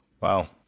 Wow